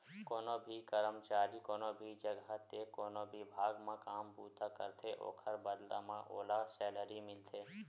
कोनो भी करमचारी कोनो भी जघा ते कोनो बिभाग म काम बूता करथे ओखर बदला म ओला सैलरी मिलथे